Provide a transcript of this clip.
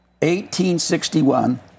1861